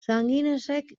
sanginesek